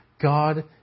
God